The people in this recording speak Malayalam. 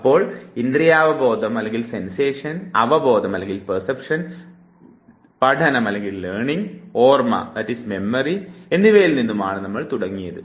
അപ്പോൾ ഇന്ദ്രിയാവബോധം അവബോധം പഠനം ഓർമ്മ എന്നിവയിൽ നിന്നുമാണ് തുടങ്ങിയത്